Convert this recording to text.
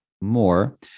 more